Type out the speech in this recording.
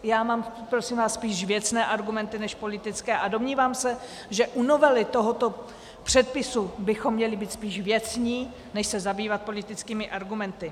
Já mám prosím vás spíš věcné argumenty než politické a domnívám se, že u novely tohoto předpisu bychom měli být spíš věcní než se zabývat politickými argumenty.